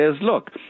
look